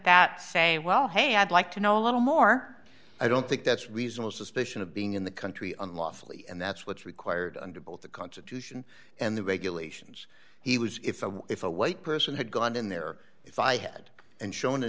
that say well hey i'd like to know a little more i don't think that's reasonable suspicion of being in the country unlawfully and that's what's required under both the constitution and the regulations he was if i were if a white person had gone in there if i had and show